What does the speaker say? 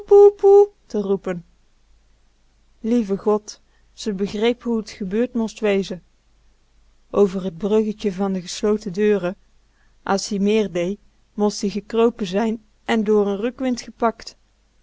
lieve god ze begreep hoe t gebeurd most wezen over t bruggetje van de gesloten deuren as-ie meer dee most ie gekropen zijn en door n rukwind gepakt